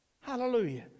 Hallelujah